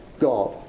God